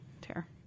tear